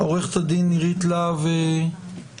עורכת הדין נירית להב קניזו